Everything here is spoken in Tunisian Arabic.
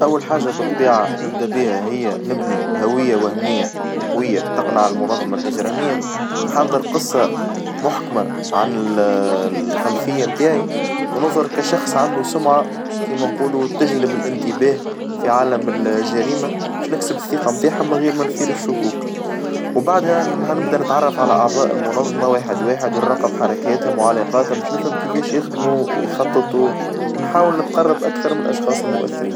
أول حاجة بالطبيعة نبدأ بها هي نبني هوية وهمية وقوية تقنع المنظمة الإجرامية، نحظر قصة محكمة عن الخلفية نتاعي وننظر كشخص عنده سمعة كيما نقولو تجلب الانتباه في عالم الجريمة، باش نكسب الثقة متاعهم من غير ما نصير الشكوك وبعدها نبدأ نتعرف على أعظاء المنظمة واحد واحد ونراقب حركاتهم وعلاقاتهم باش نفهم كيفيش يخدموا ويخططوا ونحاول نتقرب أكثر من الأشخاص المؤثرين.